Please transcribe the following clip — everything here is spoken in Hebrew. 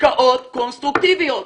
השקעות קונסטרוקטיביות.